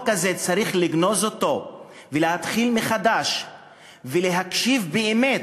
הזה צריך לגנוז אותו ולהתחיל מחדש ולהקשיב באמת,